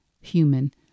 human